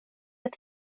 ett